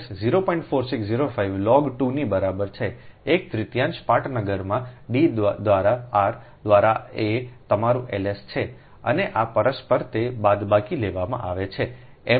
4605 log 2 ની બરાબર છે એક તૃતીયાંશ પાટનગરમાં D દ્વારા r દ્વારા આ તમારું Ls છે અને આ પરસ્પર તે બાદબાકી લેવામાં આવે છે એમ